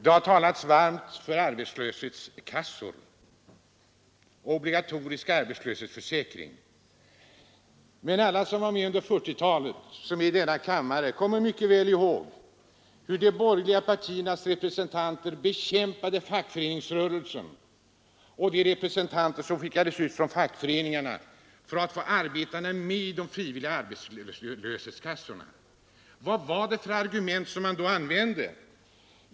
Det har talats varmt för arbetslöshetskassor och obligatorisk arbetslöshetsförsäkring, men alla i denna kammare som var med under 1940-talet kommer säkert mycket väl ihåg hur de borgerliga partiernas representanter bekämpade fackföreningsrörelsen och dem som skickats ut från fackföreningarna för att få arbetarna med i de frivilliga arbetslöshetskassorna. Vad använde man då för argument?